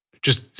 just